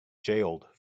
jailed